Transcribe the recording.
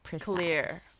clear